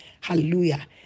Hallelujah